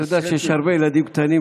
אתה יודע שיש הרבה ילדים קטנים,